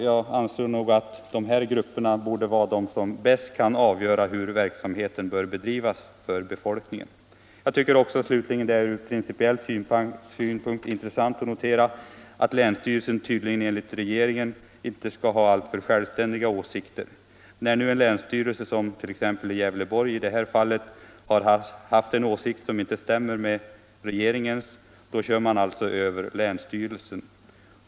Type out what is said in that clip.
Jag anser att dessa instanser borde vara de som bäst kan avgöra hur verksamheten bör bedrivas med hänsyn till befolkningen. Det är slutligen ur principiell synpunkt intressant att notera att länsstyrelsen tydligen enligt regeringen inte skall ha alltför självständiga åsikter. När nu en länsstyrelse, den i Gävleborg, i det här fallet har haft en åsikt som inte stämmer med regeringens, så kör man bara över länsstyrelsen.